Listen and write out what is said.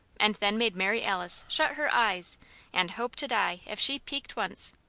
and then made mary alice shut her eyes and hope to die if she peeked once.